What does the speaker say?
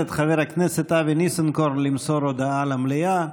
חבר הכנסת אבי ניסנקורן למסור הודעה למליאה,